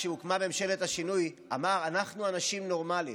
כשהוקמה ממשלת השינוי ואמר: אנחנו אנשים נורמליים.